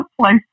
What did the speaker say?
place